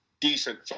decent